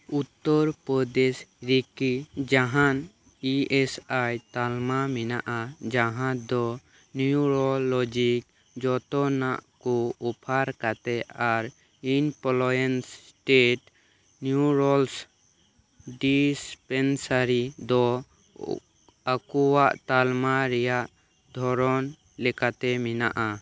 ᱩᱛᱛᱚᱨ ᱯᱨᱚᱫᱮᱥ ᱨᱮᱠᱤ ᱡᱟᱦᱟᱱ E S I ᱛᱟᱞᱢᱟ ᱢᱮᱱᱟᱜᱼᱟ ᱡᱟᱦᱟᱸ ᱫᱚ ᱱᱤᱭᱩᱨᱳᱞᱚᱡᱤ ᱡᱷᱚᱛᱚᱱᱟᱜ ᱠᱚ ᱚᱯᱷᱟᱨ ᱠᱟᱛᱮᱫ ᱟᱨ ᱤᱢᱯᱞᱚᱭᱤᱡᱽ ᱥᱴᱮᱴ ᱤᱱᱥᱩᱨᱮᱱᱥ ᱰᱤᱥᱯᱮᱱᱥᱟᱨᱤ ᱫᱚ ᱟᱠᱚᱣᱟᱜ ᱛᱟᱞᱢᱟ ᱨᱮᱱᱟᱜ ᱫᱷᱚᱨᱚᱱ ᱞᱮᱠᱟᱛᱮ ᱢᱮᱱᱟᱜᱼᱟ